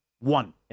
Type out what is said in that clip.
One